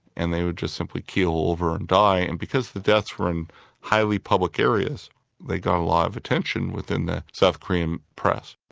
and they would just simply keel over and die. and because the deaths were in highly public areas they got a lot of attention within the south korean press.